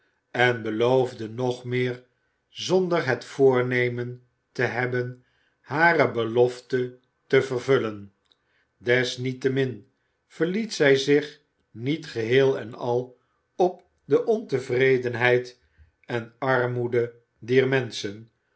en beloofde nog meer zonder het voornemen te hebben hare belofte te vervullen desniettemin verliet zij zich niet geheel en al op de ontevredenheid en armoede dier menschen